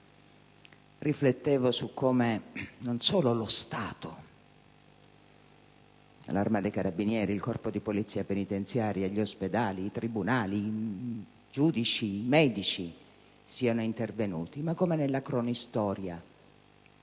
ho riflettuto non solo su come lo Stato, l'Arma dei carabinieri, il Corpo di polizia penitenziaria, gli ospedali, i tribunali, i giudici, i medici sono intervenuti, ma su come alla cronistoria